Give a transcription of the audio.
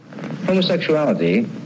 Homosexuality